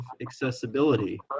accessibility